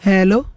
Hello